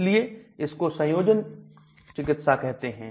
इसलिए इसको संयोजन चिकित्सा कहते हैं